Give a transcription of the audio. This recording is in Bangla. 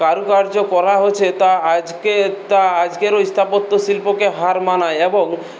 কারুকার্য করা হয়েছে তা আজকের তা আজকেরও স্থাপত্য শিল্পকে হার মানায় এবং